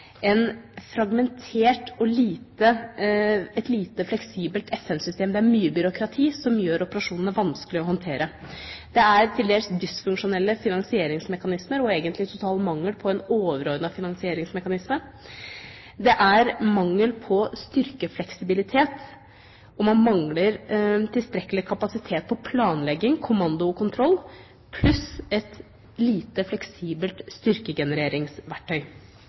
et fragmentert og lite fleksibelt FN-system. Det er mye byråkrati, som gjør operasjonene vanskelig å håndtere. Det er til dels dysfunksjonelle finansieringsmekanismer og egentlig en total mangel på en overordnet finansieringsmekanisme. Det er mangel på styrkefleksibilitet, og man mangler tilstrekkelig kapasitet på planlegging og kommandokontroll, pluss at det er et lite fleksibelt styrkegenereringsverktøy.